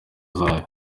zayo